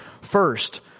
First